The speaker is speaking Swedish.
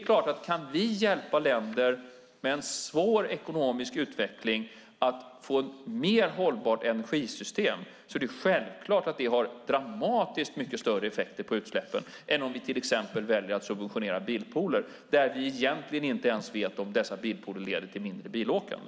Om vi kan hjälpa länder med en svår ekonomisk utveckling att få ett mer hållbart energisystem har det självklart dramatiskt mycket större effekt på utsläppen än om vi till exempel väljer att subventionera bilpooler. Vi vet egentligen inte ens om dessa bilpooler leder till mindre bilåkande.